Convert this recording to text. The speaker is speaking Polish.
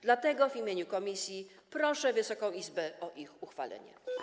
Dlatego w imieniu komisji proszę Wysoką Izbę o ich uchwalenie.